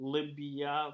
Libya